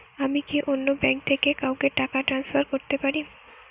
আমি কি অন্য ব্যাঙ্ক থেকে কাউকে টাকা ট্রান্সফার করতে পারি?